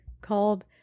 called